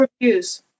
reviews